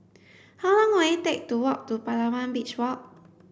how long will it take to walk to Palawan Beach Walk